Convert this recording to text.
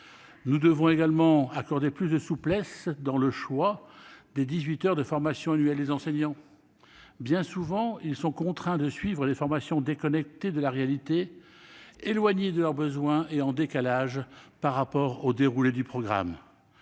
Nous devons également accorder plus de souplesse dans le choix des 18 heures de formation annuelle des enseignants. Bien souvent, ils sont contraints de suivre des formations déconnectées de la réalité, éloignées de leurs besoins et en décalage par rapport au déroulé du programme.